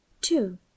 two